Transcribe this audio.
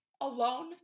alone